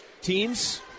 Teams